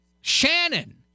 Shannon